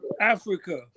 Africa